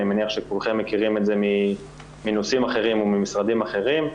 אני מניח שכולכם מכירים את זה מנושאים אחרים וממשרדים אחרים,